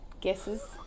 guesses